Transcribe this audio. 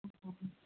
अच्छा